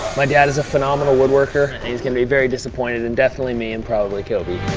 my dad is a phenomenal woodworker, and he's going to be very disappointed in definitely me and probably coby.